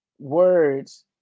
words